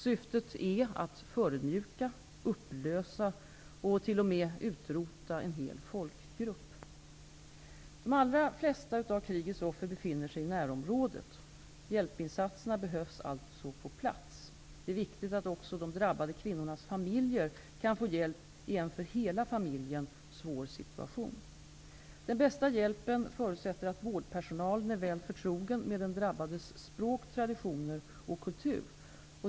Syftet är att förödmjuka, upplösa och t.o.m. utrota en hel folkgrupp. De allra flesta av krigets offer befinner sig i närområdet. Hjälpinsatserna behövs alltså på plats. Det är viktigt att också de drabbade kvinnornas familjer kan få hjälp i en för hela familjen svår situation. Den bästa hjälpen förutsätter att vårdpersonalen är väl förtrogen med den drabbades språk, traditioner och kultur.